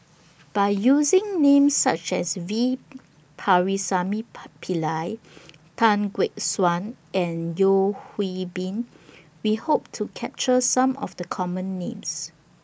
By using Names such as V Pakirisamy Pillai Tan Gek Suan and Yeo Hwee Bin We Hope to capture Some of The Common Names